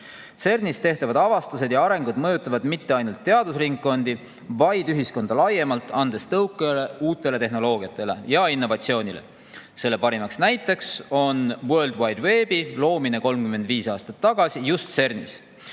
CERN‑is tehtavad avastused ja areng mõjutavad mitte ainult teadusringkondi, vaid ühiskonda laiemalt, andes tõuke uutele tehnoloogiatele ja innovatsioonile. Selle parimaks näiteks on World Wide Webi loomine 35 aastat tagasi just CERN-is.